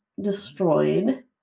destroyed